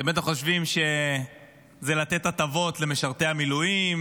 אתם בטח חושבים שזה לתת הטבות למשרתי המילואים